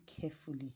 carefully